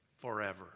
forever